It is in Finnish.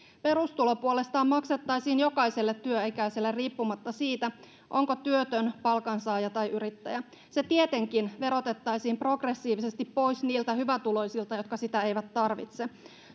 perustulo puolestaan maksettaisiin jokaiselle työikäiselle riippumatta siitä onko työtön palkansaaja tai yrittäjä se tietenkin verotettaisiin progressiivisesti pois niiltä hyvätuloisilta jotka sitä eivät tarvitse